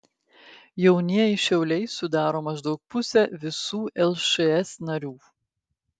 jaunieji šauliai sudaro maždaug pusę visų lšs narių